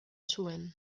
zuen